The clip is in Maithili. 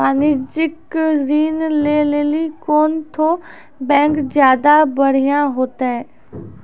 वाणिज्यिक ऋण लै लेली कोन ठो बैंक ज्यादा बढ़िया होतै?